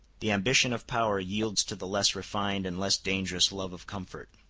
the ambition of power yields to the less refined and less dangerous love of comfort.